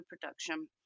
production